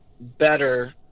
better